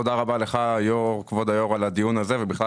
תודה רבה לך כבוד היו"ר על הדיון הזה ובכלל